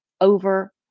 over